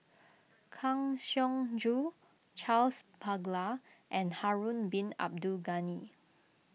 Kang Siong Joo Charles Paglar and Harun Bin Abdul Ghani